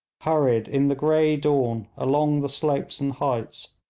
hurried in the grey dawn along the slopes and heights,